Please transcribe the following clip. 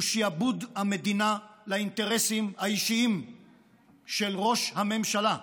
הוא שיעבוד המדינה לאינטרסים האישיים של ראש הממשלה.